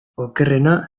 okerrena